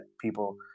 people